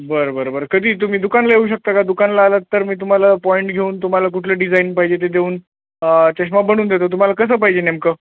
बरं बरं बरं कधी तुम्ही दुकानला येऊ शकता का दुकानला आलात तर मी तुम्हाला पॉईंट घेऊन तुम्हाला कुठलं डिझाईन पाहिजे ते देऊन चष्मा बनवून देतो तुम्हाला कसं पाहिजे नेमकं